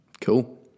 Cool